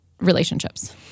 relationships